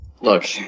look